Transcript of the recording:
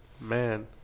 man